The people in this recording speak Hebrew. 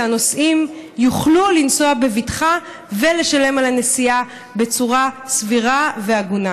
שהנוסעים יוכלו לנסוע בבטחה ולשלם על הנסיעה בצורה סבירה והגונה.